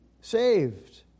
saved